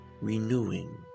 renewing